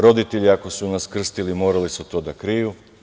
Roditelji ako su nas krstili morali su to da kriju.